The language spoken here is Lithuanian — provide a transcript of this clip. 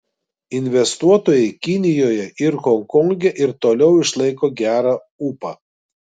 investuotojai kinijoje ir honkonge ir toliau išlaiko gerą ūpą